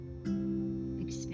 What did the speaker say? Expand